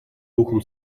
духом